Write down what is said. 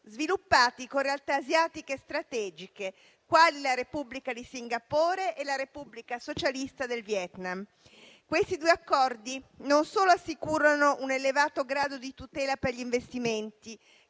sviluppati con realtà asiatiche strategiche quali la Repubblica di Singapore e la Repubblica socialista del Vietnam. Questi due accordi non solo assicurano un elevato grado di tutela per gli investimenti,